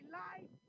life